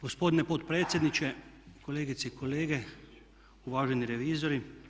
Gospodine potpredsjedniče, kolegice i kolege, uvaženi revizori.